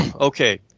Okay